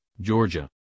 Georgia